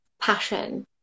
passion